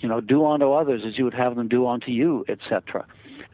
you know do unto others as you would have them do unto you etc